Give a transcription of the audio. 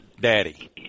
daddy